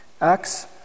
acts